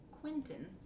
Quentin